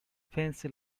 fancy